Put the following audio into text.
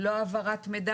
לא העברת מידע,